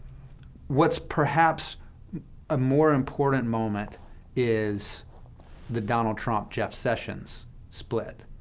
what's perhaps a more important moment is the donald trump-jeff sessions split,